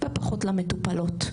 ופחות למטופלות.